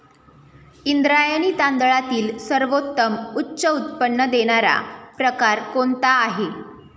इंद्रायणी तांदळातील सर्वोत्तम उच्च उत्पन्न देणारा प्रकार कोणता आहे?